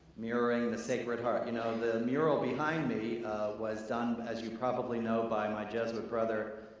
mirroring the sacred heart. you know, the mural behind me was done, as you probably know, by my jesuit brother,